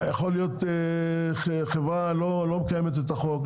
יכול להיות חברה לא מקיימת את החוק,